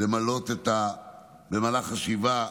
למלא במהלך השבעה,